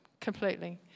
completely